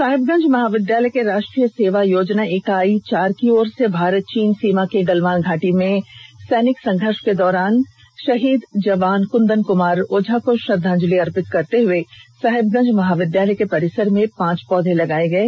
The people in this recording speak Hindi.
साहिबगंज महाविद्यालय के राष्ट्रीय सेवा योजना इकाई चार की ओर से भारत चीन सीमा के गलवान घाटी में सैनिक संघर्ष के दौरान बिहार रेजीमेंट के शहीद जवान कुंदन कुमार ओझा को श्रद्वांजलि अर्पित करते हुए साहिबगंज महाविद्यालय के परिसर में पांच पौधे लगाये गये